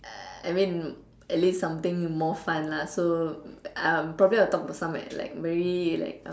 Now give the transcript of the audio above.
uh I mean at least something more fun lah so uh probably I'll talk about some like very like